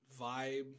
vibe